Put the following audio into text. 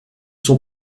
sont